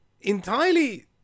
entirely